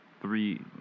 three